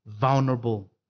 vulnerable